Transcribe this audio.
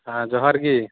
ᱦᱮᱸ ᱡᱚᱦᱟᱨ ᱜᱮ